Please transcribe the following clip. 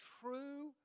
true